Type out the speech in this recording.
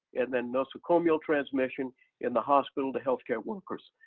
and then nosocomial transmission in the hospital to health care workers.